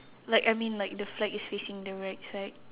like I mean like the flag is facing the right side